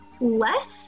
less